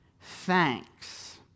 thanks